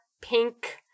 pink